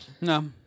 No